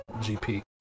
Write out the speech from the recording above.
GP